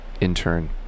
intern